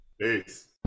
Peace